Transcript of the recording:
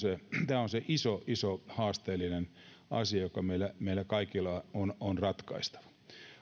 tämä on se iso iso haasteellinen asia joka meillä meillä kaikilla on on ratkaistavana